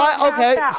okay